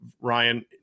Ryan –